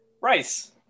Rice